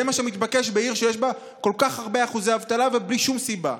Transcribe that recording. זה מה שמתבקש בעיר שיש בה כל כך הרבה אחוזי אבטלה ובלי שום סיבה,